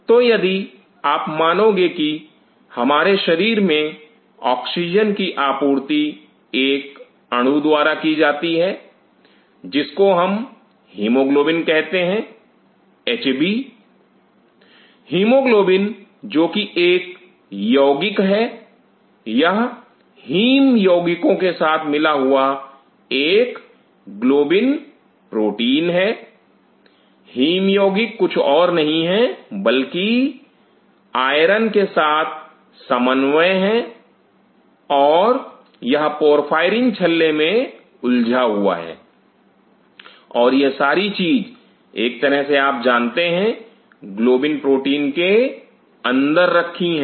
तो यदि आप मानोगे की हमारे शरीर में ऑक्सीजन की आपूर्ति एक अणु द्वारा की जाती है जिसको हम हिमोग्लोबिन कहते हैं एचबी हीमोग्लोबिन जो कि एक यौगिकों है यह हीम यौगिक के साथ मिला हुआ एक ग्लोबिन प्रोटीन है हीम यौगिक कुछ और नहीं है बल्कि आयरन के साथ समन्वय है और यह पोरफायरिन छल्ले में उलझा हुआ है और यह सारी चीज एक तरह से आप जानते हैं ग्लोबिन प्रोटीन के अंदर रखी हैं